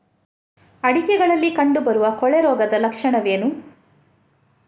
ಅಡಿಕೆಗಳಲ್ಲಿ ಕಂಡುಬರುವ ಕೊಳೆ ರೋಗದ ಲಕ್ಷಣವೇನು?